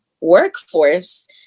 workforce